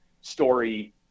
story